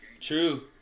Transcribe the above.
True